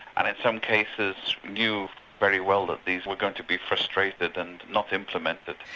and in some cases knew very well that these were going to be frustrated and not implemented.